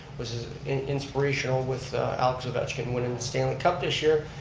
was inspirational with alex ovechkin winning the stanley cup this year.